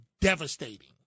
devastating